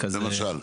למשל?